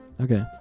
Okay